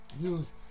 use